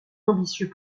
ambitieux